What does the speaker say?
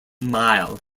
mile